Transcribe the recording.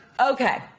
okay